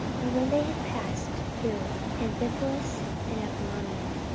when they had passed through amphipolis and apollonia,